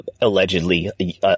allegedly